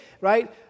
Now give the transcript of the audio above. right